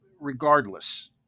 Regardless